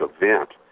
event